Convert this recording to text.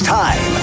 time